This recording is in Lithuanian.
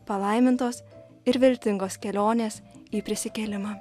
palaimintos ir vertingos kelionės į prisikėlimą